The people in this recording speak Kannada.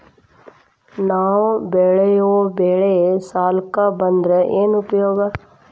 ನಾವ್ ಬೆಳೆಯೊ ಬೆಳಿ ಸಾಲಕ ಬಂದ್ರ ಏನ್ ಉಪಯೋಗ?